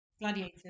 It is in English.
Gladiators